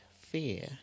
fear